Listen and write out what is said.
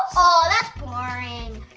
oh that's boring.